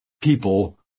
people